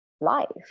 life